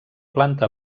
planta